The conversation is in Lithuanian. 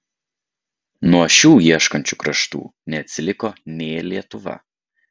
nuo šių ieškančių kraštų neatsiliko nė lietuva